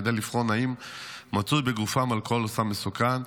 כדי לבחון האם מצוי בגופם אלכוהול או סם מסוכן,